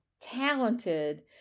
talented